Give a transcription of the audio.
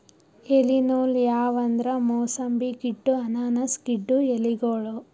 ಎಲಿ ನೂಲ್ ಯಾವ್ ಅಂದ್ರ ಮೂಸಂಬಿ ಗಿಡ್ಡು ಅನಾನಸ್ ಗಿಡ್ಡು ಎಲಿಗೋಳು